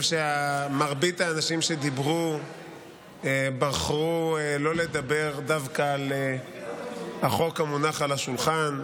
שמרבית האנשים שדיברו בחרו לא לדבר דווקא על החוק המונח על השולחן,